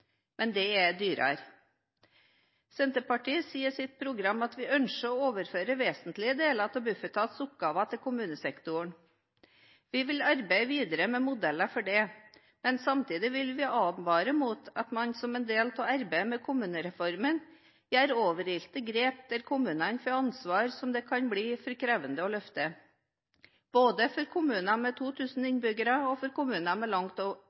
men det er dyrere. Senterpartiet sier i sitt program at vi ønsker å overføre vesentlige deler av Bufetats oppgaver til kommunesektoren. Vi vil arbeide videre med modeller for dette, men samtidig vil vi advare mot at man som en del av arbeidet med kommunereformen gjør overilte grep der kommunene får ansvar som kan bli for krevende å oppfylle, både for kommuner med 2 000 innbyggere og for kommuner med langt